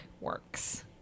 works